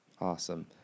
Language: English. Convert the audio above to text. Awesome